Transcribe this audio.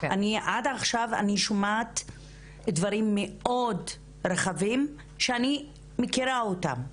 עד עכשיו אני שומעת דברים מאוד רחבים שאני מכירה אותם.